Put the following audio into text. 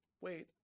wait